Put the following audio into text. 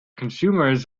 consumers